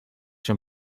się